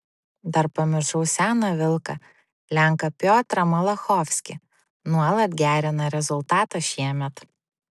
dar pamiršau seną vilką lenką piotrą malachovskį nuolat gerina rezultatą šiemet